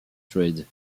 trade